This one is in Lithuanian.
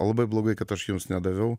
labai blogai kad aš jums nedaviau